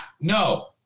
no